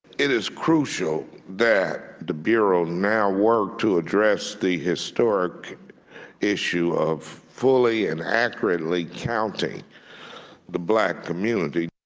it is crucial that the bureau now work to address the historic issue of fully and accurately counting the black community.